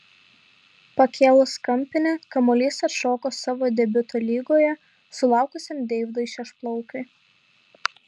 pakėlus kampinį kamuolys atšoko savo debiuto lygoje sulaukusiam deividui šešplaukiui